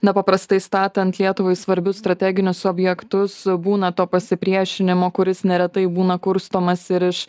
na paprastai statant lietuvai svarbius strateginius objektus būna to pasipriešinimo kuris neretai būna kurstomas ir iš